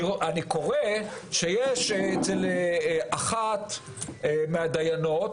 אני קורא שיש אצל אחת מהדיינות,